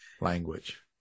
language